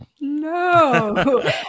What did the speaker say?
no